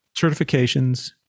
certifications